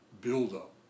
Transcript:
buildup